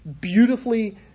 beautifully